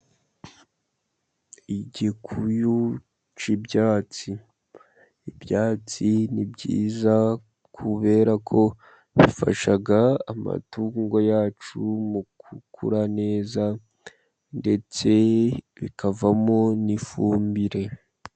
Igikuyu cy'ibyatsi, ibyatsi ni byiza kubera ko bifasha amatungo yacu mu gukura neza ndetse bikavamo n'ifumbire.